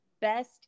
best